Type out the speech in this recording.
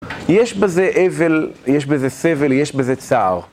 יש בזה אבל, יש בזה סבל, יש בזה צער.